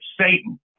Satan